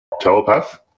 telepath